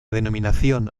denominación